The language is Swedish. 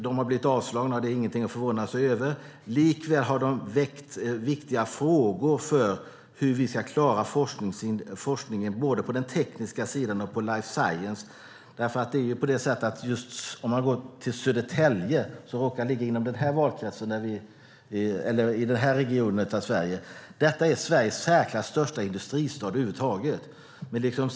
De har blivit avslagna - det är ingenting att förvånas över. Likväl har de väckt viktiga frågor när det gäller hur vi ska klara forskningen både på den tekniska sidan och på life science-sidan. Södertälje råkar ligga i den här regionen i Sverige. Det är Sveriges i särklass största industristad.